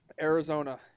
Arizona